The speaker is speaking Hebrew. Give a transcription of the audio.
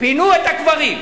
פינו את הקברים.